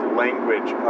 language